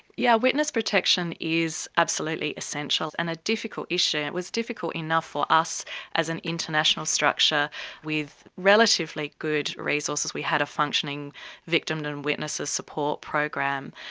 yeah witness protection is absolutely essential and a difficult issue. it was difficult enough for us as an international structure with relatively good resources. we had a functioning victim and witnesses support program.